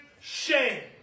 shame